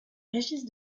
régis